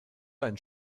einen